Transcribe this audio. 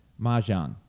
Mahjong